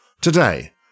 Today